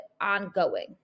ongoing